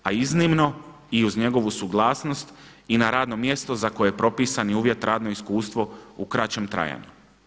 A iznimno i uz njegovu suglasnost i na radno mjesto za koji je propisan uvjet radno iskustvo u kraćem trajanju.